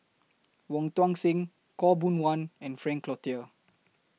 Wong Tuang Seng Khaw Boon Wan and Frank Cloutier